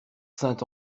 saint